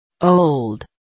Old